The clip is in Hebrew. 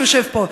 שיושב פה,